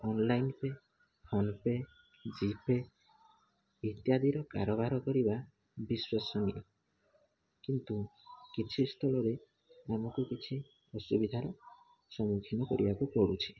online pay PhonePe GPay ଇତ୍ୟାଦିର କାରବାର କରିବା ବିଶ୍ୱସନୀୟ କିନ୍ତୁ କିଛି ସ୍ଥଳରେ ଆମକୁ କିଛି ଅସୁବିଧାର ସମୁଖିନ୍ନ କରିବାକୁ ପଡ଼ୁଛି